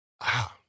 Wow